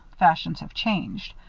fashions have changed.